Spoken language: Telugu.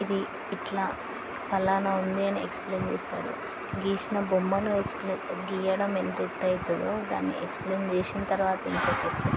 ఇది ఇట్లా స్ పలానా ఉంది అని ఎక్స్ప్లెయిన్ చేస్తాడు గీసిన బొమ్మను ఎక్స్ప్లెయి గీయడం ఎంతెత్తయితదో దాన్ని ఎక్స్ప్లెయిన్ చేసిన తరువాత ఇంకొక ఎత్తు